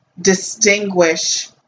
distinguish